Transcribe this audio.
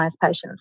patients